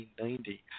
1990